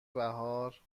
بهار